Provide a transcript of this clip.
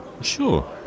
Sure